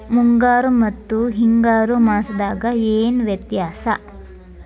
ಮುಂಗಾರು ಮತ್ತ ಹಿಂಗಾರು ಮಾಸದಾಗ ಏನ್ ವ್ಯತ್ಯಾಸ?